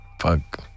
Fuck